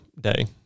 day